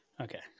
Okay